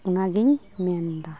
ᱚᱱᱟᱜᱮᱧ ᱢᱮᱱᱮᱫᱟ